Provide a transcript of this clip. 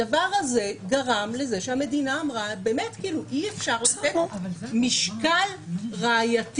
הדבר הזה גרם לזה שהמדינה אמרה אי-אפשר לתת משקל ראייתי